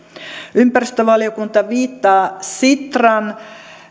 ympäristövaliokunta viittaa sitran